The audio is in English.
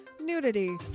nudity